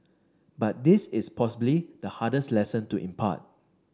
but this is possibly the hardest lesson to impart